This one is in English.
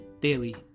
Daily